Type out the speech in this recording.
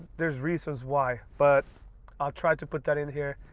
there's reasons why, but i'll try to put that in here.